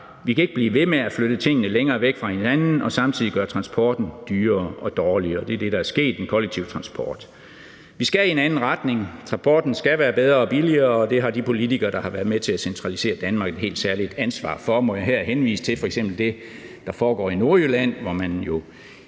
Vi kan ikke blive ved med at flytte tingene længere væk fra hinanden og samtidig gøre transporten dyrere og dårligere. Det er det, der er sket i den kollektive transport. Vi skal i en anden retning, transporten skal være bedre og billigere, og det har de politikere, der har været med til at centralisere Danmark, et helt særligt ansvar for. Må jeg her henvise til f.eks. det, der foregår i Nordjylland, hvor man jo